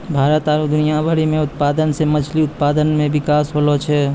भारत आरु दुनिया भरि मे उत्पादन से मछली उत्पादन मे बिकास होलो छै